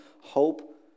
hope